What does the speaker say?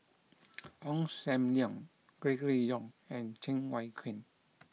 Ong Sam Leong Gregory Yong and Cheng Wai Keung